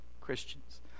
christians